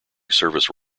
service